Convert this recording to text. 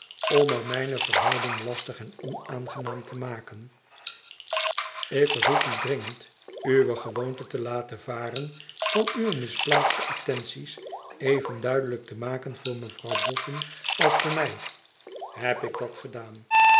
er mijne verhouding lastig en onaangenaam te maken ik verzoek u dringend uwe gewoonte te laten varen van uwe misplaatste attenties even duidelijk te maken voor mevrouw boffin als voor mij heb ik dat gedaan